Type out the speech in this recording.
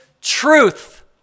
truth